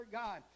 god